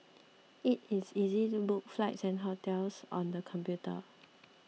it is easy to book flights and hotels on the computer